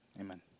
amen